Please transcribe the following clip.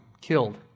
killed